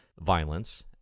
violence